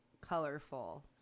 colorful